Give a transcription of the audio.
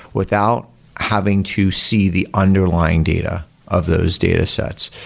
without having to see the underlying data of those datasets.